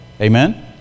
Amen